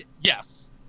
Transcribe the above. Yes